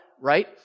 right